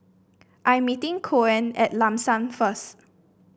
I am meeting Koen at Lam San first